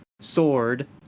sword